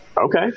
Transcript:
okay